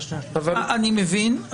אני מבין,